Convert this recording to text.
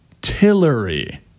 Tillery